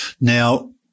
Now